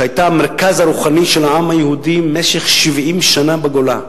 שהיתה המרכז הרוחני של העם היהודי במשך 70 שנה בגולה.